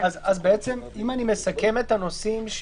אם אני מסכם את הנושאים,